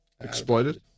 Exploited